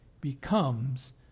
becomes